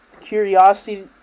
curiosity